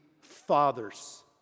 fathers